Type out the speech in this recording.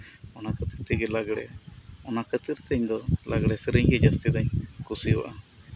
ᱚᱱᱟ ᱠᱷᱟᱹᱛᱤᱨ ᱛᱮᱜᱮ ᱞᱟᱜᱽᱲᱮ ᱤᱧᱫᱚ ᱞᱟᱸᱜᱽᱲᱮ ᱥᱮᱨᱮᱧ ᱜᱮ ᱡᱟᱹᱥᱛᱤᱧ ᱠᱩᱥᱤᱭᱟᱜᱼᱟ